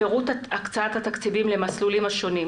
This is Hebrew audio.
פירוט הקצאת התקציבים למסלולים השונים.